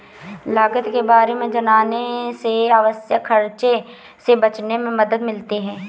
लागत के बारे में जानने से अनावश्यक खर्चों से बचने में मदद मिलती है